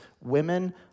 women